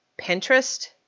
Pinterest